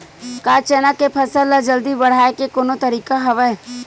का चना के फसल ल जल्दी बढ़ाये के कोनो तरीका हवय?